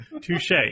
Touche